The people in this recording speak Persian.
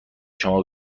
شما